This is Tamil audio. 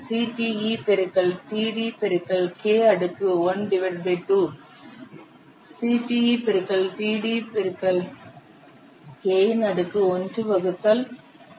Cte பெருக்கல் td பெருக்கல் K இன் அடுக்கு 1 வகுத்தல் 2